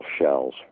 shells